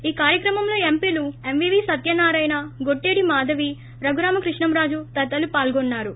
ఈ కార్యక్రమంలో ఎంపీలు ఎంవివి సత్యనారాయణ గొట్టేడి మాధవి రఘురామ కృష్ణం రాజు తదితరులు పాల్గొన్నారు